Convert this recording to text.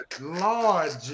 Lord